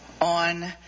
on